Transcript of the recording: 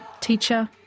teacher